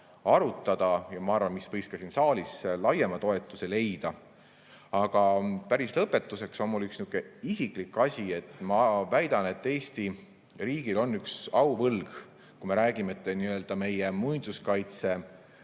arutada. Ma arvan, et see võiks ka siin saalis laiema toetuse leida. Aga päris lõpetuseks on mul üks isiklik märkus. Ma väidan, et Eesti riigil on üks auvõlg. Me räägime, et muinsuskaitse